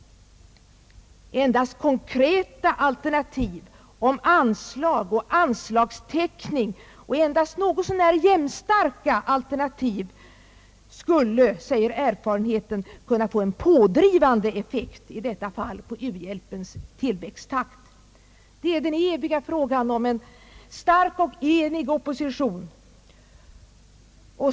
Endast konkreta alternativ om anslag och anslagstäckning och endast något så när jämnstarka alternativ skulle, säger erfarenheten, kunna få en pådrivande effekt — i detta fall på u-hjälpens tillväxttakt. Det är den eviga frågan om en stark och enig opposition.